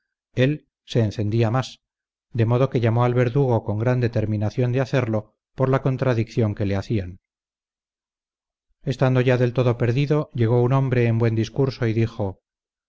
él se encendía más de modo que llamó al verdugo con gran determinación de hacerlo por la contradicción que le hacían estando ya del todo perdido llegó un hombre de buen discurso y dijo